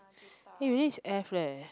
eh really is F leh